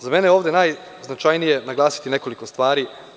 Za mene je ovde najznačajnije naglasiti nekoliko stvari.